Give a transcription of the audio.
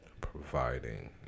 providing